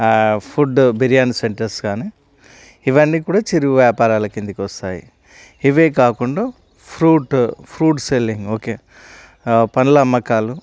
food biryani centres కానీ ఇవన్నీ కూడా చిరు వ్యాపారాల క్రిందికి వస్తాయి ఇవే కాకుండా ఫ్రూట్ ఫ్రూట్ సెల్లింగ్ ఓకే పండ్ల అమ్మకాలు